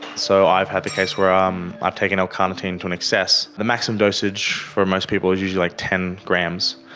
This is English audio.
so i've had the case where um i've taken l-carnitine to an excess. the maximum dosage for most people is usually like ten grams,